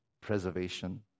preservation